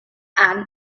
and